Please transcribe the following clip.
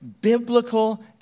biblical